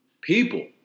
people